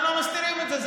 למחוק את חוק השבות,